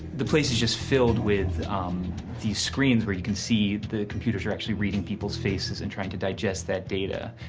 the place is just filled with um these screens where you can see the computers are actually reading people's faces and trying to digest that data,